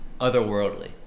otherworldly